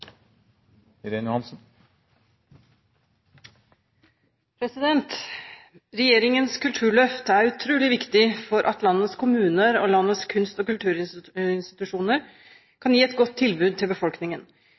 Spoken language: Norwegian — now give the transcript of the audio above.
utrolig viktig for at landets kommuner og landets kunst- og